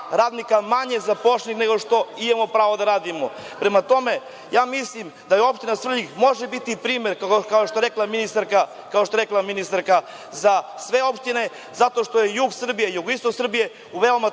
radnika manje zaposlenih nego što imamo pravo da radimo. Prema tome, ja mislim da opština Svrljig može biti primer, kao što je rekla ministarka, za sve opštine, zato što je jug Srbije, jugoistok Srbije u veoma